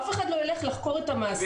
אף אחד לא ילך לחקור את המעסיק.